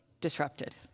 disrupted